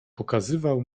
pokazywał